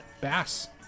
Bass